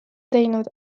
teinud